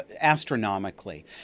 astronomically